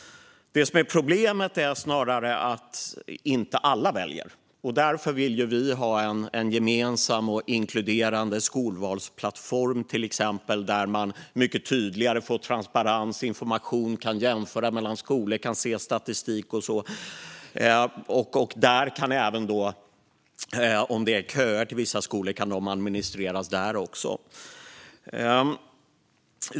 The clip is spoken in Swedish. Problemet är snarare att inte alla väljer. Därför vill vi ha en gemensam och inkluderande skolvalsplattform som är transparent och där man mycket tydligare får information och kan jämföra skolor och se statistik. Eventuella köer till skolor kan också administreras där.